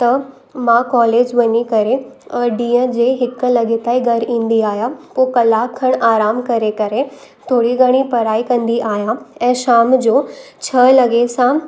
त मां कॉलेज वञी करे ॾींहुं जे हिकु लॻे ताईं घरु ईंदी आहियां पोइ कलाकु खण आराम करे करे थोरी घणी पढ़ाई कंदी आहियां ऐं शाम जो छह लॻे सां